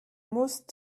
musst